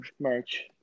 merch